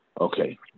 Okay